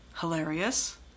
hilarious